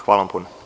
Hvala.